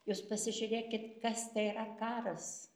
jūs pasižiūrėkit kas tai yra karas